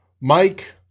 Mike